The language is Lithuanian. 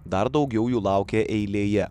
dar daugiau jų laukia eilėje